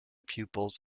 pupils